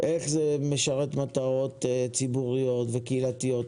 איך זה משרת מטרות ציבוריות וקהילתיות,